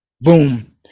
Boom